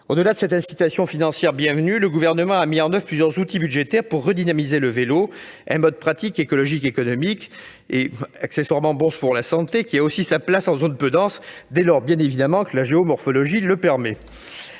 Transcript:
Au-delà de cette incitation financière bienvenue, le Gouvernement a mis en oeuvre plusieurs outils budgétaires pour redynamiser le vélo, un mode de transport pratique, écologique, économique et, accessoirement, bon pour la santé ... Le vélo a aussi sa place en zone peu dense, dès lors bien évidemment que la géomorphologie le permet.